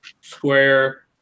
square